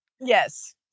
Yes